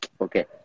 Okay